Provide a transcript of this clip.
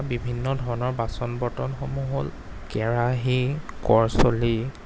থকা বিভিন্ন ধৰণৰ বাচন বৰ্তনসমূহ হ'ল কেৰাহি কৰচলি